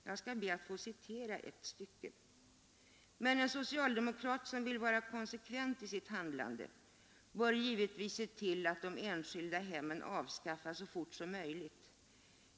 Jag skall be att få citera ett stycke ur ledaren i fråga: ”Men den socialdemokrat som vill vara konsekvent i sitt handlande bör givetvis se till att de enskilda hemmen avskaffas så fort som möjligt.